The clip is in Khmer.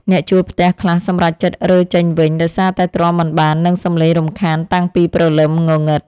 អ្នកជួលផ្ទះខ្លះសម្រេចចិត្តរើចេញវិញដោយសារតែទ្រាំមិនបាននឹងសំឡេងរំខានតាំងពីព្រលឹមងងឹត។